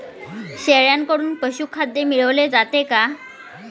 शेळ्यांकडून पशुखाद्य मिळवले जाते का?